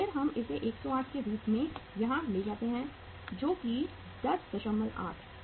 फिर हम इसे 108 के रूप में यहाँ ले जाते हैं जो कि 108 है